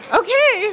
okay